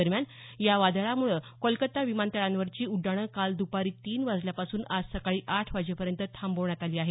दरम्यान या वादळामुळे कोलकत्ता विमानतळांवरची उड्डाणं काल द्पारी तीन वाजल्यापासून आज सकाळी आठ वाजेपर्यंत थांबवण्यात आली आहेत